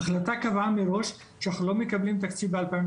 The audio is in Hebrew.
ההחלטה קבעה מראש שאנחנו לא מקבלים תקציב ב-2021,